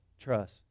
trust